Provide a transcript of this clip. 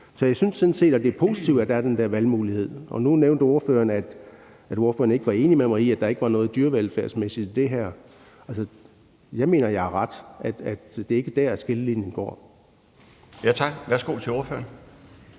Så jeg synes nu sådan set, at det er positivt, at der er den der valgmulighed. Nu nævnte ordføreren, at ordføreren ikke var enig med mig i, at der ikke var noget dyrevelfærdsmæssigt i det her. Jeg mener, jeg har ret: Det er ikke der, skillelinjen går. Kl. 16:39 Den fg.